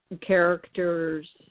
characters